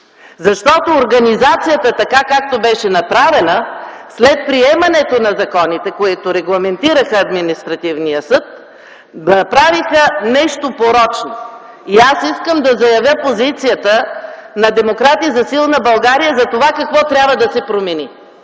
Защото така, както беше направена тя, след приемането на законите, регламентиращи административния съд, се създаде нещо порочно. Аз искам да заявя позицията на Демократи за силна България за това какво трябва да се промени,